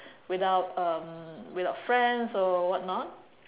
without um without friends or whatnot